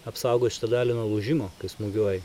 apsaugo šitą dalį nuo lūžimo kai smūgiuoji